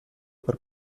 per